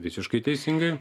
visiškai teisingai